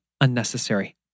unnecessary